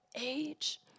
age